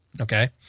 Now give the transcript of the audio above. Okay